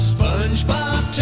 SpongeBob